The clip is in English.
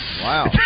Wow